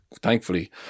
thankfully